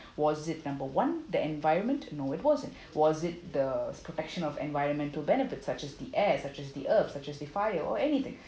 was it number one the environment no it wasn't was it the protection of environmental benefits such as the air such as the earth such as the fire or anything